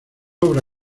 obra